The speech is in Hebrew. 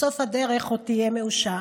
בסוף הדרך עוד תהיה מאושר"